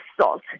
salt